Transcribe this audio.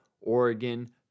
Oregon